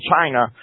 China